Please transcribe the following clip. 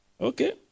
okay